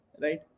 Right